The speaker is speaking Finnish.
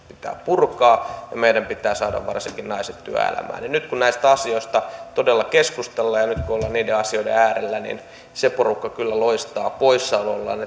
purkaa ja meidän pitää saada varsinkin naiset työelämään nyt kun näistä asioista todella keskustellaan ja nyt kun ollaan niiden asioiden äärellä niin se porukka kyllä loistaa poissaolollaan